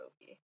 movie